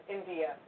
India